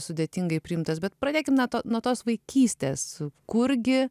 sudėtingai priimtas bet pradėkim na nuo to nuo tos vaikystės kurgi